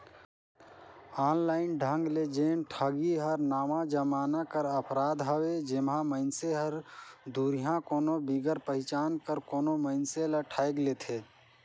online ढंग ले जेन ठगी हर नावा जमाना कर अपराध हवे जेम्हां मइनसे हर दुरिहां कोनो बिगर पहिचान कर कोनो मइनसे ल ठइग लेथे